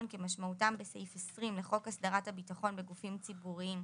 כמשמעותם בסעיף 20 לחוק להסדרת הביטחון בגופים ציבוריים,